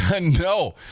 No